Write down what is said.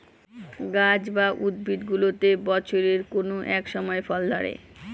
গাছ বা উদ্ভিদগুলোতে বছরের কোনো এক সময় ফল ধরে